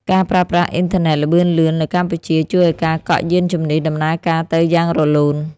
ការប្រើប្រាស់អ៊ីនធឺណិតល្បឿនលឿននៅកម្ពុជា ជួយឱ្យការកក់យានជំនិះដំណើរការទៅយ៉ាងរលូន។